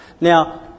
Now